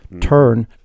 turn